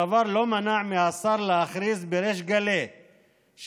הדבר לא מנע מהשר להכריז בריש גלי שבמדינת